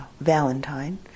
valentine